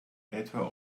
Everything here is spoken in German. etwa